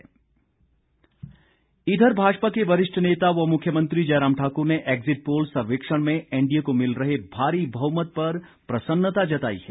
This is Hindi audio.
मुख्यमंत्री इधर भाजपा के वरिष्ठ नेता व मुख्यमंत्री जयराम ठाक्र ने एग्जिट पोल सर्वेक्षण में एनडीए को मिल रहे भारी बहुमत पर प्रसन्नता जताई है